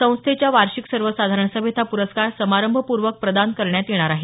संस्थेच्या वार्षिक सर्वसाधारण सभेत हा प्रस्कार समारंभपूर्वक प्रदान करण्यात येणार आहे